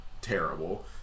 terrible